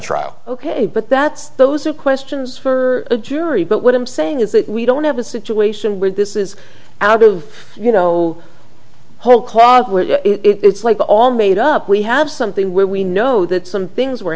trial ok but that's those are questions for a jury but what i'm saying is that we don't have a situation where this is out of you know whole car it's like all made up we have something where we know that some things were